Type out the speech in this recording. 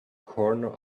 corner